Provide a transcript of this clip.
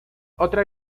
otra